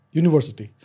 university